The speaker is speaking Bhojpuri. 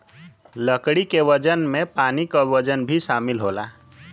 लकड़ी के वजन में पानी क वजन भी शामिल होला